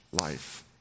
life